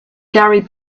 gary